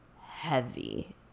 heavy